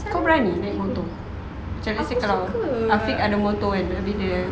kau berani naik motor macam nasib kau afiq ada motor kan nanti dia